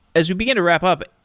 as we begin to wrap up,